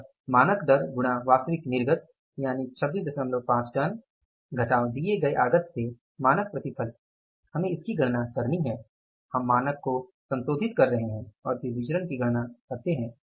अतः मानक दर गुणा वास्तविक निर्गत यानि 265 टन घटाव दिए गए आगत से मानक प्रतिफल हमें उसकी गणना करनी है हम मानक को संशोधित कर रहे हैं और फिर विचरण की गणना करते हैं